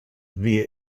via